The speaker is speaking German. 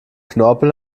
knorpel